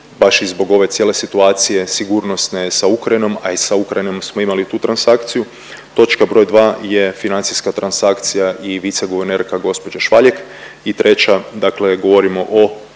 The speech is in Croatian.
baš i zbog ove cijele situacije sigurnosne sa Ukrajinom, a i sa Ukrajinom smo imali tu transakciju. Točka broj 2. je financijska transakcija i vice guvernerka gospođa Švaljeg. I treća, dakle govorimo o